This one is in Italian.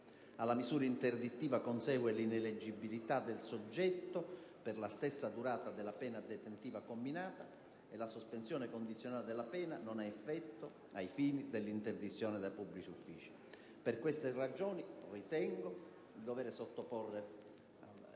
Alla misura interdittiva consegue l'ineleggibilità del soggetto per la stessa durata della pena detentiva comminata, e la sospensione condizionale della pena non ha effetto ai fini dell'interdizione dai pubblici uffici. Per queste ragioni ritengo di dover sottoporre